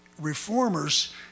reformers